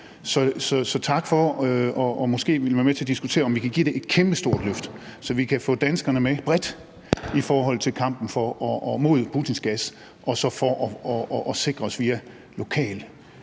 så tak for måske at ville være med til at diskutere, om vi kan give det et kæmpestort løft, så vi kan få danskerne med bredt i kampen mod Putins gas og for at sikre os via lokal